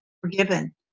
forgiven